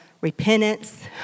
repentance